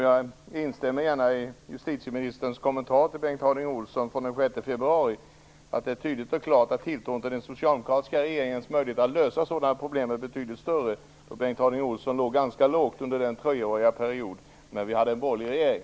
Jag instämmer gärna i justitieministerns kommentar till Bengt Harding Olson från den 6 februari: Det är tydligt och klart att tilltron till den socialdemokratiska regeringens möjligheter att lösa sådana problem är betydligt större, då Bengt Harding Olson låg ganska lågt under den treåriga period när vi hade borgerlig regering.